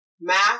math